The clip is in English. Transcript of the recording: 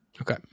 Okay